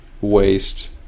waste